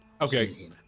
Okay